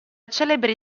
celebre